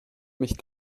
mich